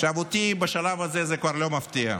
אותי בשלב הזה זה כבר לא מפתיע,